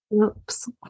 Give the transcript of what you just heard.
Oops